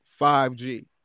5G